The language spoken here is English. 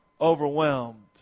overwhelmed